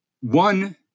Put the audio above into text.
one